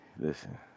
Listen